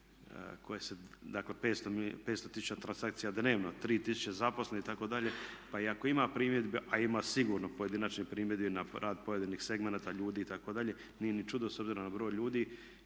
dakle 500 tisuća transakcija dnevno, 3000 zaposlenih itd. Pa i ako ima primjedbi, a ima sigurno pojedinačnih primjedbi na rad pojedinih segmenata, ljudi itd. Nije ni čudo s obzirom na broj ljudi